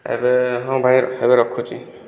ଏବେ ହଁ ଭାଇ ଏବେ ରଖୁଛି